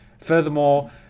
Furthermore